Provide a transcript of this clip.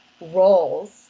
roles